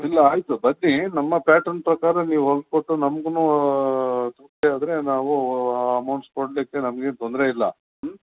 ಇಲ್ಲ ಆಯಿತು ಬರ್ತೀನಿ ನಮ್ಮ ಪ್ಯಾಟ್ರನ್ ಪ್ರಕಾರ ನೀವು ಹೊಲ್ದು ಕೊಟ್ಟು ನಮಗುನು ತೃಪ್ತಿ ಆದರೆ ನಾವು ಅಮೌಂಟ್ಸ್ ಕೊಡಲಿಕ್ಕೆ ನಮ್ಗೇನು ತೊಂದರೆ ಇಲ್ಲ ಹ್ಞೂ